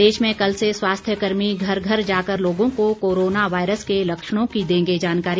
प्रदेश में कल से स्वास्थ्य कर्मी घर घर जाकर लोगों को कोरोना वायरस के लक्षणों की देंगे जानकारी